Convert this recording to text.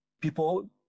people